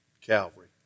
Calvary